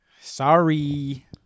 sorry